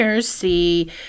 see